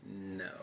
No